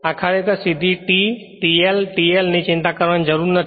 આ ખરેખર સીધી T T L T L ની ચિંતા કરવાની જરૂર નથી